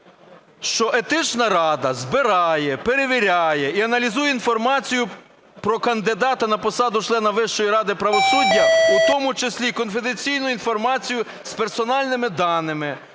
Що Етична рада збирає, перевіряє і аналізує інформацію про кандидата на посаду члена Вищої ради правосуддя, в тому числі і конфіденційну інформацію з персональними даними,